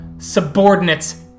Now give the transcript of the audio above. subordinates